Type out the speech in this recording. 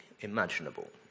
Imaginable